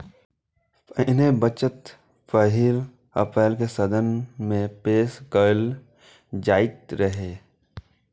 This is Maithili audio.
पहिने बजट पहिल अप्रैल कें संसद मे पेश कैल जाइत रहै